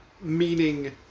meaning